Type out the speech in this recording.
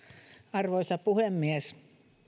arvoisa puhemies